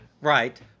Right